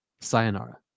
sayonara